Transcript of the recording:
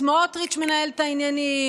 סמוטריץ' מנהל את העניינים,